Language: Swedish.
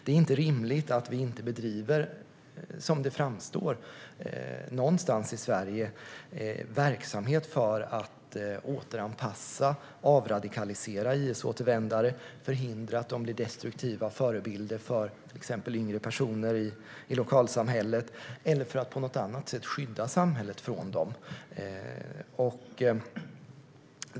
Det är inte rimligt att vi inte någonstans i Sverige, som det framstår, bedriver verksamhet för att återanpassa och avradikalisera IS-återvändare, för att förhindra att de blir destruktiva förebilder för till exempel yngre personer i lokalsamhället eller för att på något annat sätt skydda samhället från dem.